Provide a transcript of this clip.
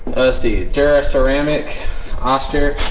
dusty jerris ceramic austere,